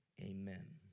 amen